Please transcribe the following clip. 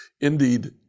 Indeed